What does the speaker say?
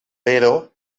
però